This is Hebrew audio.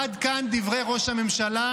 עד כאן דברי ראש הממשלה.